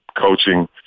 coaching